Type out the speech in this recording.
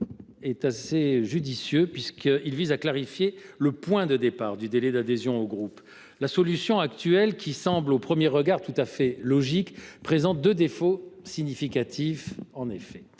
amendement, judicieux, vise à clarifier le point de départ du délai d’adhésion au groupe. La solution actuelle, qui semble au premier regard tout à fait logique, présente deux défauts significatifs.